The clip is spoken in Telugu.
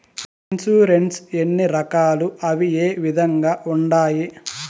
ఇన్సూరెన్సు ఎన్ని రకాలు అవి ఏ విధంగా ఉండాయి